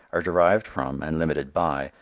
are derived from, and limited by,